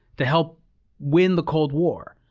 to help win the cold war.